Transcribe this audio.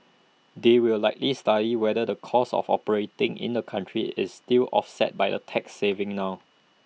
they will likely study whether the cost of operating in that country is still offset by the tax savings now